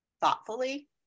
thoughtfully